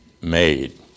made